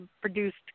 produced